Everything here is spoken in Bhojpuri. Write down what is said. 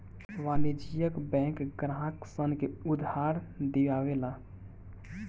वाणिज्यिक बैंक ग्राहक सन के उधार दियावे ला